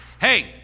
Hey